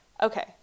Okay